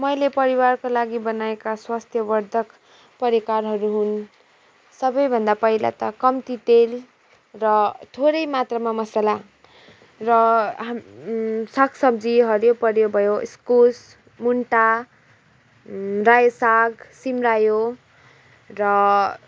मैले परिवारको लागि बनाएका स्वास्थवर्धक परिकारहरू हुन् सबैभन्दा पहिला त कम्ती तेल र थोरै मात्रामा मसला र साग सब्जीहरू हरियो परियो भयो इस्कुस मुन्टा रायो साग सिमरायो र